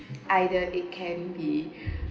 either it can be